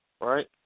right